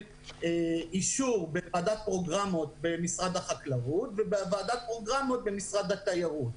אישור בוועדת פרוגרמות במשרד החקלאות ובוועדת פרוגרמות במשרד התיירות.